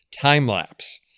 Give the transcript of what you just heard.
time-lapse